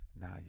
now